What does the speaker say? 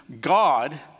God